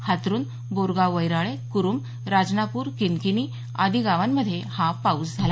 हातरुन बोरगाव वैराळे कुरुम राजनापूर किंनकिनी आदी गावांमध्ये हा पाऊस झाला